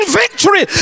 victory